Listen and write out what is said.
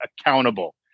accountable